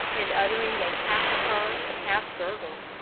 and uttering a half purr, half gurgle,